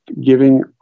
giving